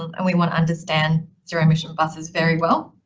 and we want to understand zero emission buses very well.